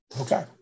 Okay